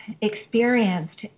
experienced